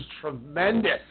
tremendous